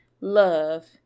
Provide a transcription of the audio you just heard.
love